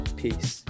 peace